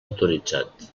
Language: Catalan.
autoritzat